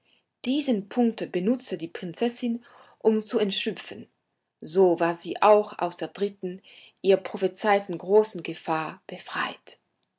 diesen zeitpunkt benutzte die prinzessin um zu entschlüpfen so war sie auch aus der dritten ihr prophezeiten großen gefahr befreit